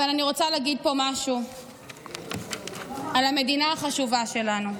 אבל אני רוצה להגיד פה משהו על המדינה החשובה שלנו.